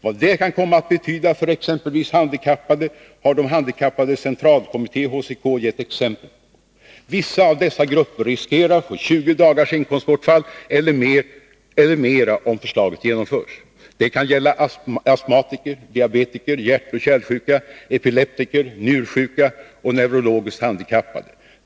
Vad detta kan komma att betyda för exempelvis handikappade har Handikappförbundens centralkommitté gett exempel på. Vissa av dessa grupper riskerar att få 20 dagars inkomstbortfall eller mera om förslaget genomförs. Det kan gälla astmatiker, diabetiker, hjärtoch kärlsjuka, epileptiker, njursjuka och neurologiskt handikappade.